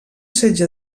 setge